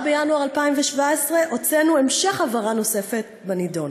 ב-4 בינואר 2017 הוצאנו המשך הבהרה נוספת בנידון.